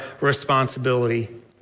responsibility